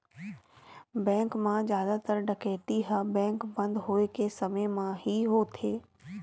bank म जादातर डकैती ह बेंक बंद होए के समे म ही होथे